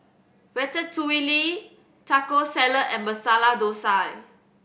Ratatouille Taco Salad and Masala Dosa